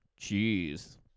Jeez